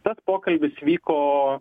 tas pokalbis vyko